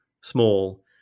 small